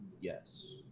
Yes